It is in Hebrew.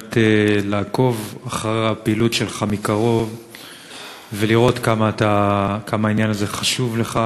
הזדמנויות לעקוב אחר הפעילות שלך מקרוב ולראות כמה העניין הזה חשוב לך,